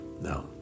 No